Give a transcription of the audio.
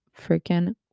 freaking